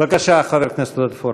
בבקשה, חבר הכנסת עודד פורר.